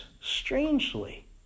strangely